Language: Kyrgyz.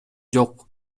жок